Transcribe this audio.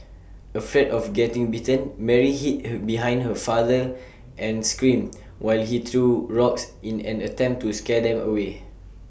afraid of getting bitten Mary hid have behind her father and screamed while he threw rocks in an attempt to scare them away